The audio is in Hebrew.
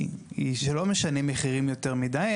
היא שלא משנים מחירים יותר מידי,